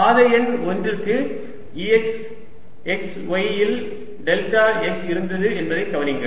பாதை எண் 1 க்கு Ex x y இல் டெல்டா x இருந்தது என்பதைக் கவனியுங்கள்